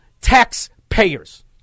taxpayers